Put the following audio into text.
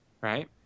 Right